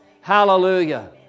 Hallelujah